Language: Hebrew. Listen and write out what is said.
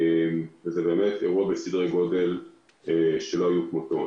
זה באמת אירוע בסדר גדול שלא היו כמותו.